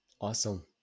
awesome